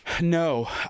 No